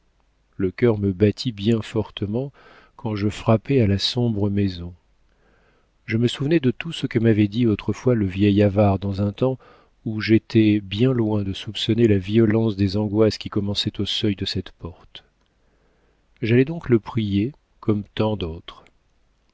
le cœur me battit bien fortement quand je frappai à la sombre maison je me souvenais de tout ce que m'avait dit autrefois le vieil avare dans un temps où j'étais bien loin de soupçonner la violence des angoisses qui commençaient au seuil de cette porte j'allais donc le prier comme tant d'autres